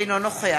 אינו נוכח